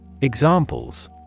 Examples